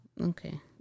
Okay